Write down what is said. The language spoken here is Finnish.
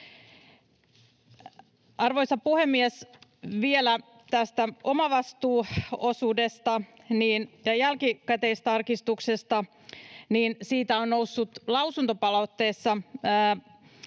Arvoisa puhemies! Vielä tästä omavastuuosuudesta ja jälkikäteistarkistuksesta: Siitä on noussut lausuntopalautteessa